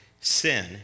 sin